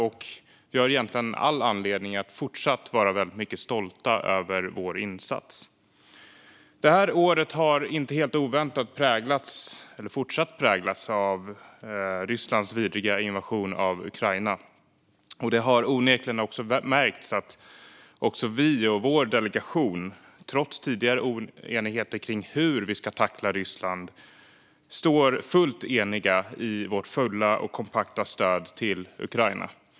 Vi har egentligen all anledning att fortsatt vara väldigt stolta över vår insats. Det här året har inte helt oväntat fortsatt präglats av Rysslands vidriga invasion av Ukraina. Det har onekligen också märkts att även vi och vår delegation, trots tidigare oenigheter kring hur vi ska tackla Ryssland, står fullt eniga i vårt fulla och kompakta stöd till Ukraina.